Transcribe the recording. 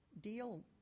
deal